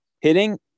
Hitting